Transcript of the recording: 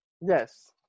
Yes